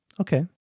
Okay